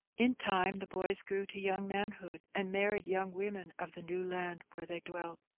in time the boys grew to young manhood and married young women of the new land where they dwelt.